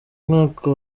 mwaka